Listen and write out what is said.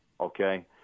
Okay